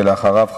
ואחריו,